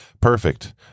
perfect